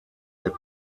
mit